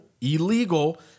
Illegal